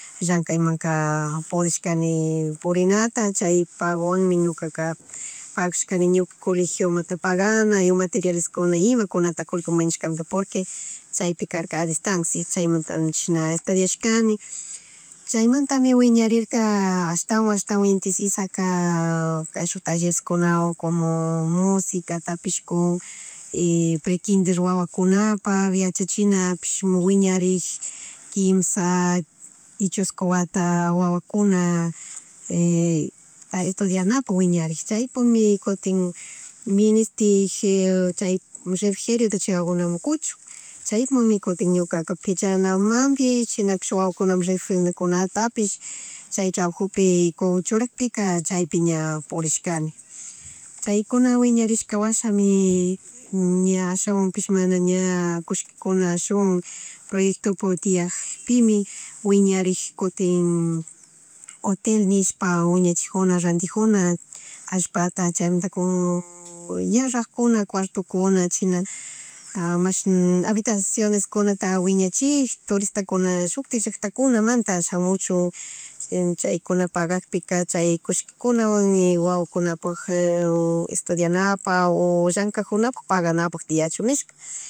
Llankaymanka purishkani purinata chay pagwan mi ñukaka gashkani ñuka colegiionamnta pagani materialeskinata ima kunta colegiomanashkamanta porque chaypikaka adistancia chaymantamanta chashna estudiashkani chaymantami wiñarirka ashtawan, ashtawan, inti sisaka kayshuk tallereskunawan como musicatapisk kun y prequinder wawakuapak yachachina pish wiñarik quimsha y chushku wata wawakuna, y estudanapak wiñarik chaypukmi kutin, ministigi chay refrigeriota chay wawakuta kuchun chaymunmi kutin ñukaka pichanamanpish shinapish wawakunata refrigeriokunatapish chay trabajupi churakpika chaypi ña purishkani, chaykuna wiñarishka washami ña ashawanpish mana ña kusllkikuna ashawan poryectopi tiyakpimi wiñarik kutin hotel nishpa wiñachijuna, randijuna, allpata chaymuntaka como, ña ragkuna cuartokuna china mash habitasionestakunata wiñachik turistakuna shutik llaktakunamanta shamuchun chaykunapak gakpi chay kushkikunawan mi wawakunapag estudianapak, o llackajunapak paganapag tiyachun nishpa